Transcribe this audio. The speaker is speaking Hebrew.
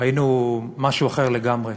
ראינו משהו אחר לגמרי.